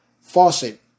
faucet